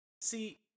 See